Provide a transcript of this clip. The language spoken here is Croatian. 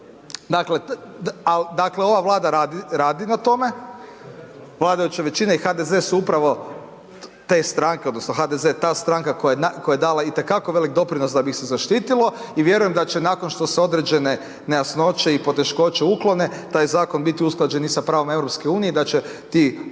Dakle, ova Vlada radi na tome, vladajuća većina su upravo te stranke odnosno HDZ ta stranka koja je dala i te kako velik doprinos da bi ih se zaštitilo i vjerujem da će nakon što se određene nejasnoće i poteškoće uklone taj zakon biti usklađen i sa pravom EU i da će ti